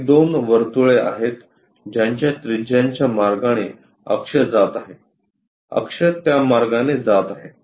ही दोन वर्तुळे आहेत ज्यांच्या त्रिज्यांच्या मार्गाने अक्ष जात आहे अक्ष त्या मार्गाने जात आहे